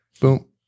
Boom